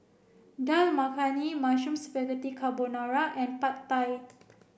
Dal Makhani Mushroom Spaghetti Carbonara and Pad Thai